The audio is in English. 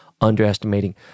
underestimating